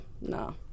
no